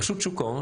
רשות שוק ההון